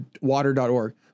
Water.org